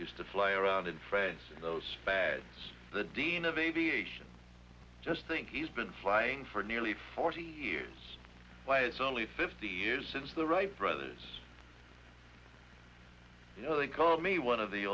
used to fly around and friends in those facts the dean of the beach just think he's been flying for nearly forty years why it's only fifty years since the wright brothers you know they call me one of the